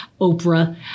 Oprah